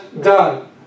done